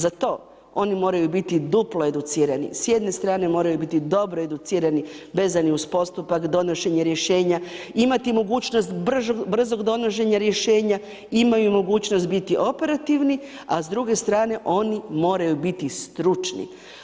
Za to oni moraju biti duplo educirani, s jedne strane moraju biti dobro educirani, vezani uz postupak, donošenje rješenja, imati mogućnost brzog donošenja rješenja, imaju i mogućnost biti operativni a s druge strane oni moraju biti stručni.